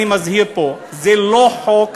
אני מזהיר פה: זה לא חוק,